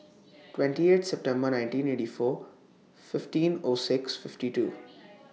twenty eighth September nineteen eighty four fifteen O six fifty two